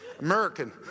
American